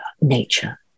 nature